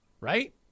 right